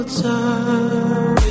time